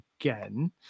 again